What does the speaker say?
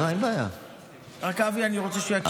אני רק רוצה שאבי יקשיב לי.